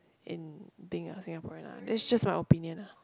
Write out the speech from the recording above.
in thing ah Singaporean ah that's just my opinion ah